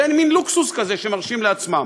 זה מין לוקסוס כזה שמרשים לעצמם.